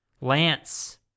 Lance